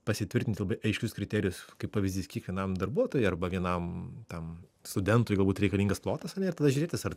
pasitvirtinti labai aiškius kriterijus kaip pavyzdys kiekvienam darbuotojui arba vienam tam studentui galbūt reikalingas plotas ane ir tada žiūrėtis ar